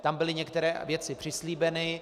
Tam byly některé věci přislíbeny.